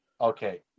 okay